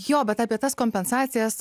jo bet apie tas kompensacijas